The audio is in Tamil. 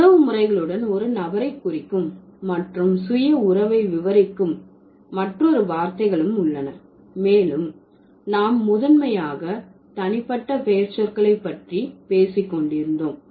உறவு முறைகளுடன் ஒரு நபரை குறிக்கும் மற்றும் சுய உறவை விவரிக்கும் மற்றொரு வார்த்தைகளும் உள்ளன மேலும் நாம் முதன்மையாக தனிப்பட்ட பெயர்ச்சொற்களை பற்றி பேசிக்கொண்டிருந்தோம்